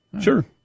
sure